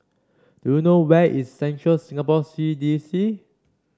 do you know where is Central Singapore C D C